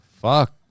Fuck